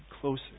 closer